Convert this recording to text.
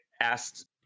asked